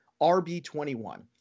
RB21